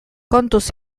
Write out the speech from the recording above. kontuz